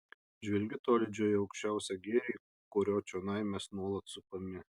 žvelgiu tolydžio į aukščiausią gėrį kurio čionai mes nuolat supami